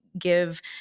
give